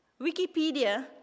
Wikipedia